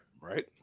Right